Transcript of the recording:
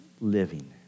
living